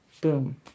boom